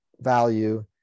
value